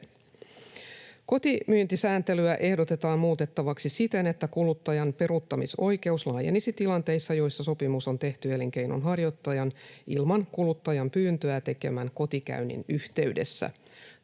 Kotimyyntisääntelyä ehdotetaan muutettavaksi siten, että kuluttajan peruuttamisoikeus laajenisi tilanteissa, joissa sopimus on tehty elinkeinonharjoittajan ilman kuluttajan pyyntöä tekemän kotikäynnin yhteydessä.